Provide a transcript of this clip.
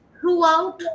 throughout